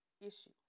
issue